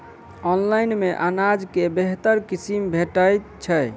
Online मे अनाज केँ बेहतर किसिम भेटय छै?